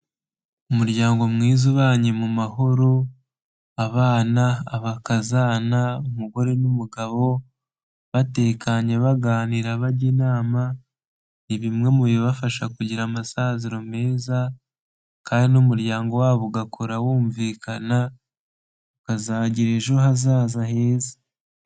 Umuryango mwiza ubanye mu mahoro abana, abakazana, umugore n'umugabo batekanye baganira bajya inama, ni bimwe mu bibafasha kugira amasaziro meza kandi n'umuryango wabo ugakora wumvikana ukazagira ejo hazaza heza.